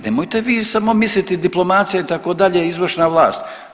Nemojte vi samo misliti diplomacija itd., izvršna vlast.